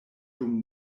dum